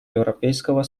европейского